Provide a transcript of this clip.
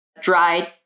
dried